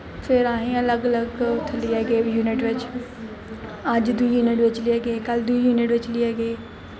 फिर असें ई अलग अलग ठंडियै गे यूनिट बिच अज्ज दूई यूनिट बिच लेइयै गे कल दूई यूनिट बिच लेइयै गे